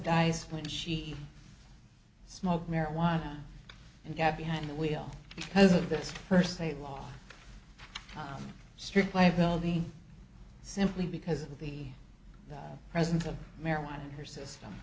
dice when she i smoked marijuana and got behind the wheel because of this first a law strict liability simply because of the presence of marijuana in her system